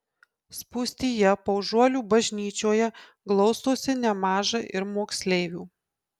spūstyje paužuolių bažnyčioje glaustosi nemaža ir moksleivių